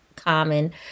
Common